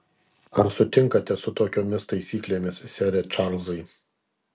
ar sutinkate su tokiomis taisyklėmis sere čarlzai